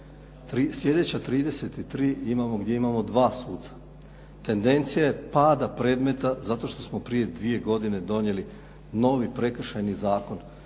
Slijedeća 33 imamo gdje imamo dva suca. Tendencija je pada predmeta zato što smo prije dvije godine donijeli novi Prekršajni zakon